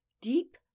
deep